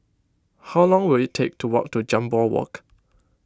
how long will it take to walk to Jambol Walk